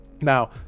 Now